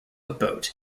boat